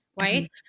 right